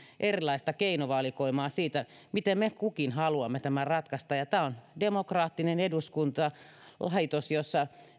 erilaista keinovalikoimaa siinä miten me kukin haluamme tämän ratkaista tämä on demokraattinen eduskuntalaitos jossa